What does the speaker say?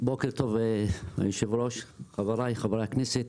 בוקר טוב אדוני היו"ר, חבריי חברי הכנסת.